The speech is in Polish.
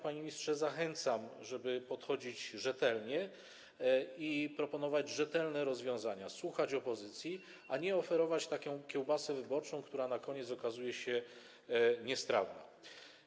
Panie ministrze, zachęcam, żeby do tego jednak podchodzić rzetelnie i żeby proponować rzetelne rozwiązania, słuchać opozycji, a nie oferować taką kiełbasę wyborczą, która na koniec okazuje się niestrawna.